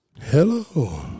Hello